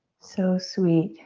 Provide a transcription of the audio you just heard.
so sweet.